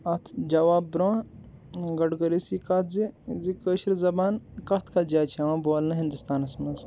اَتھ جَواب برونٛہہ گۄڈ کَرٕو أسۍ یہِ کَتھ زِ کٲشِر زَبان کَتھ کَتھ جایہِ چھِ یِوان بولنہٕ ہِنٛدُستانَس منٛز